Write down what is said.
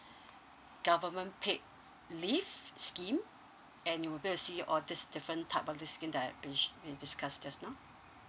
government paid leave scheme and you will be able to see all these different type of the scheme that I which we discussed just now